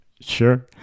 Sure